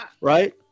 right